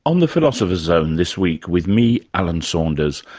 on the philosopher's zone this week with me, alan saunders,